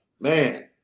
man